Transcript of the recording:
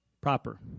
Proper